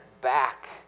back